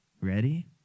Ready